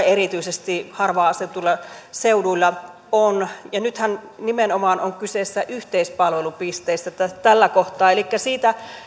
erityisesti harvaan asutuilla seuduilla on nythän on kyse nimenomaan yhteispalvelupisteistä tällä kohtaa elikkä siitä